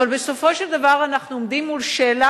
אבל בסופו של דבר אנחנו עומדים מול שאלה